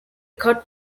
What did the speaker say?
cut